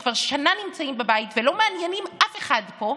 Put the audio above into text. שכבר שנה נמצאים בבית ולא מעניינים אף אחד פה,